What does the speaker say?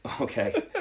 okay